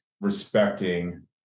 respecting